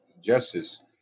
justice